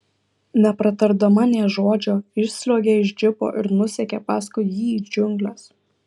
nepratardama nė žodžio išsliuogė iš džipo ir nusekė paskui jį į džiungles